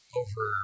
over